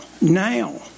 now